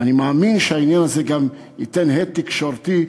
ואני מאמין שהעניין הזה גם ייתן הד תקשורתי,